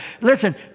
Listen